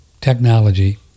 technology